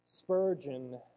Spurgeon